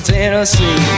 Tennessee